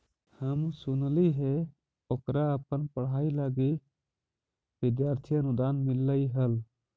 हम सुनलिइ हे ओकरा अपन पढ़ाई लागी विद्यार्थी अनुदान मिल्लई हल